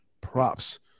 props